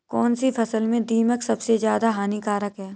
कौनसी फसल में दीमक सबसे ज्यादा हानिकारक है?